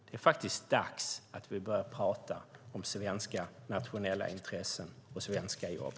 Det är faktiskt dags att vi börjar prata om svenska nationella intressen och svenska jobb.